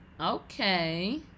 Okay